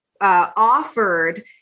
offered